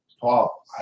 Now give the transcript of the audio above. Paul